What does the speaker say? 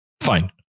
Fine